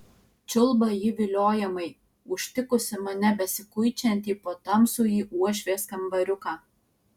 čiulba ji viliojamai užtikusi mane besikuičiantį po tamsųjį uošvės kambariuką